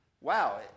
wow